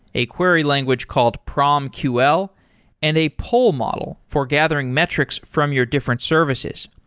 a query language called promql and a pool model for gathering metrics from your different services.